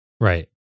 Right